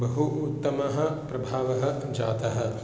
बहु उत्तमः प्रभावः जातः